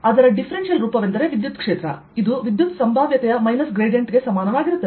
ಅದರ ಡಿಫ್ರೆನ್ಸಿಯಲ್ ರೂಪವೆಂದರೆ ವಿದ್ಯುತ್ಕ್ಷೇತ್ರ ಇದು ವಿದ್ಯುತ್ ಸಂಭಾವ್ಯತೆಯ ಮೈನಸ್ ಗ್ರೇಡಿಯಂಟ್ ಗೆ ಸಮಾನವಾಗಿರುತ್ತದೆ